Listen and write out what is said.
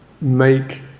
make